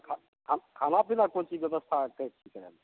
खाना पीनाके कोन चीज व्यवस्था अहाँ कहै छी करै लए